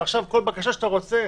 ועכשיו כל בקשה שאתה רוצה,